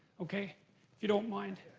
okay? if you don't mind.